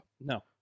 No